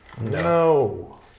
No